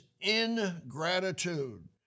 ingratitude